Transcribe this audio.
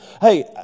Hey